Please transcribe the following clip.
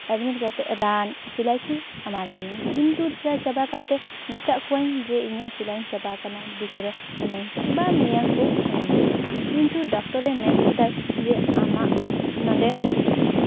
admit ᱠᱟᱛᱮ ᱨᱟᱱ ᱥᱮᱞᱟᱭ ᱠᱚ ᱮᱢᱟᱫᱤᱧᱟ ᱠᱤᱱᱛᱩ ᱡᱟ ᱪᱟᱵᱟ ᱠᱚᱣᱟᱧ ᱢᱮᱛᱟ ᱠᱚᱣᱟᱧ ᱡᱮ ᱤᱧᱟᱹᱜ ᱥᱮᱞᱟᱭᱤᱱ ᱪᱟᱵᱟᱣ ᱠᱟᱱᱟ ᱮᱴᱟᱜ ᱟᱜ ᱮᱢᱟᱹᱧ ᱯᱮ ᱵᱟ ᱱᱤᱭᱟᱹ ᱠᱚ ᱤᱢᱟᱹᱧ ᱯᱮ ᱠᱤᱱᱛᱩ ᱰᱚᱠᱴᱚᱨᱮ ᱢᱮᱱ ᱠᱮᱫᱟᱭ ᱡᱮ ᱟᱢᱟᱜ ᱱᱚᱰᱮ